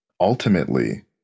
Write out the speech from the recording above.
ultimately